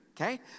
okay